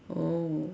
oh